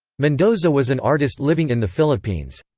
mendoza was an artist living in the philippines.